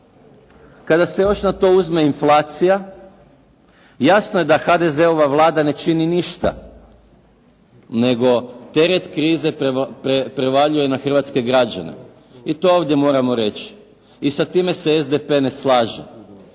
Kada se još na to uzme inflacija jasno je da HDZ-ova Vlada ne čini ništa, nego teret krize prevaljuje na hrvatske građane i to ovdje moramo reći i sa time se SDP ne slaže.